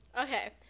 Okay